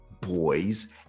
boys